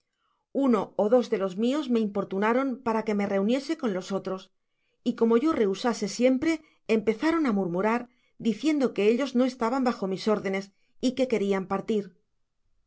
uno ó dos de los mios me importunaron para que me reuniese con los otros y como yo rehusase siempre empezaron á murmurar diciendo que ellos no estaban bajo mis órdenes y que querian partir